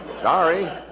Sorry